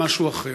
משהו אחר,